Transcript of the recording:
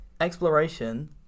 Exploration